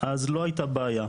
אז לא הייתה בעיה,